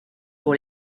pour